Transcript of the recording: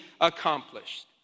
accomplished